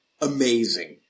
amazing